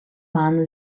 man